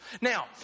Now